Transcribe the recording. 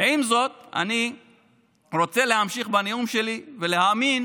עם זאת, אני רוצה להמשיך בנאום שלי ולהאמין